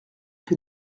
que